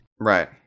Right